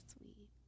sweet